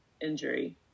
injury